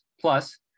plus